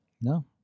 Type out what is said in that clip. No